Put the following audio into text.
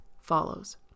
follows